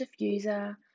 diffuser